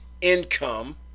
income